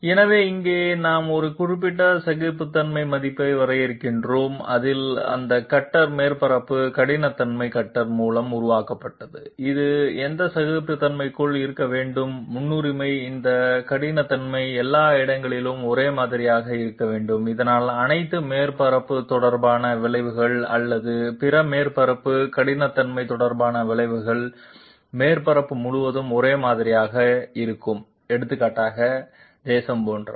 எனவே இங்கே நாம் ஒரு குறிப்பிட்ட சகிப்புத்தன்மை மதிப்பை வரையறுக்கிறோம் அதில் இந்த கட்டர் மேற்பரப்பு கடினத்தன்மை கட்டர் மூலம் உருவாக்கப்பட்டது இது அந்த சகிப்புத்தன்மைக்குள் இருக்க வேண்டும் முன்னுரிமை இந்த கடினத்தன்மை எல்லா இடங்களிலும் ஒரே மாதிரியாக இருக்க வேண்டும் இதனால் அனைத்து மேற்பரப்பு தொடர்பான விளைவுகள் அல்லது பிற மேற்பரப்பு கடினத்தன்மை தொடர்பான விளைவுகள் மேற்பரப்பு முழுவதும் ஒரே மாதிரியாக இருக்கும் எடுத்துக்காட்டாக சேதம் போன்றவை